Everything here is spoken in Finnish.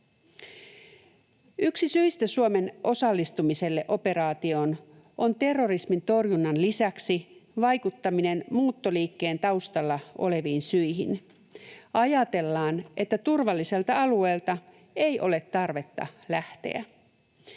Yksi syistä Suomen osallistumiseen operaatioon on terrorismin torjunnan lisäksi vaikuttaminen muuttoliikkeen taustalla oleviin syihin. Ajatellaan, että turvalliselta alueelta ei ole tarvetta lähteä.